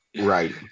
Right